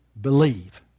believe